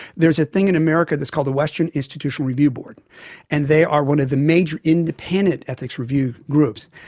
there is a thing in america that is called the western institutional review board and they are one of the major independent ethics review groups.